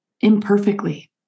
imperfectly